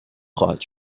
خواهد